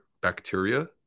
bacteria